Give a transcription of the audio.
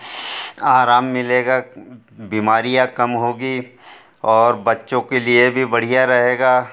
आराम मिलेगा बीमारियाँ कम होगी और बच्चों के लिए भी बढियाँ रहेगा